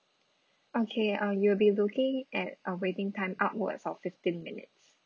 okay uh you'll be looking at a waiting time upwards of fifteen minutes